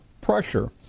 pressure